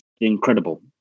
incredible